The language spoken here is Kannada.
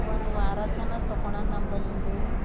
ಒಂದು ವಾರ ತನಕ ತಕೊಂಡಾನ ನಂಬಲಿಂದು